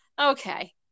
okay